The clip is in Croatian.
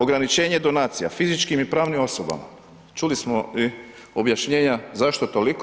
Ograničenje donacija fizičkim i pravnim osobama čuli smo objašnjenja zašto toliko.